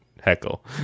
Heckle